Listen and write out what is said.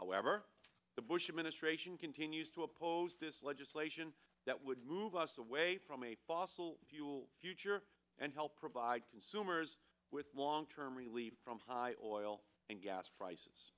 however the bush administration continues to oppose this legislation that would move us away from a fossil fuel future and help provide consumers with long term relief from high oil and gas prices